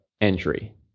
entry